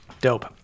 Dope